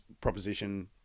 proposition